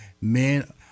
Men